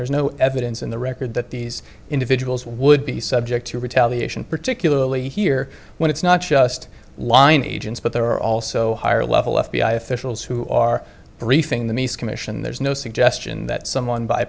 there is no evidence in the record that these individuals would be subject to retaliation particularly here when it's not just line agents but there are also higher level f b i officials who are briefing the media commission there's no suggestion that